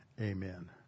Amen